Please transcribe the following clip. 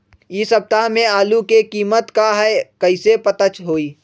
इ सप्ताह में आलू के कीमत का है कईसे पता होई?